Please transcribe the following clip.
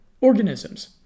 organisms